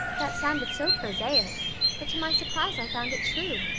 that sounded so prosaic but to my surprise i found it true.